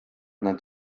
nad